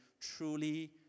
truly